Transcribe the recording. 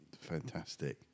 fantastic